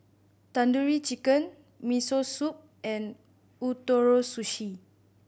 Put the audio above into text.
Tandoori Chicken Miso Soup and Ootoro Sushi